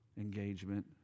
Engagement